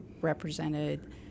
represented